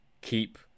keep